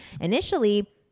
initially